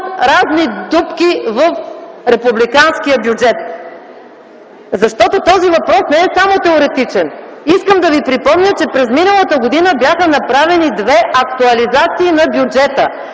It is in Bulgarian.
разни дупки в Републиканския бюджет. Защото този въпрос не е само теоретичен. Искам да ви припомня, че през миналата година бяха направени две актуализации на бюджета,